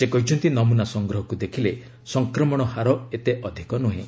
ସେ କହିଛନ୍ତି ନମୁନା ସଂଗ୍ରହକୁ ଦେଖିଲେ ସଂକ୍ରମଣହାର ଏତେ ଅଧିକ ନ୍ରହେଁ